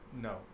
No